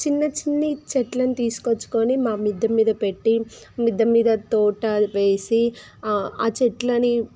చిన్న చిన్న చెట్లని తీసుకుని వచ్చి మా మిద్ది మీద పెట్టి మిద్ది మీద తోట వేసి ఆ చెట్లని